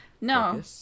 No